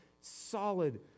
solid